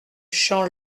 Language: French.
champ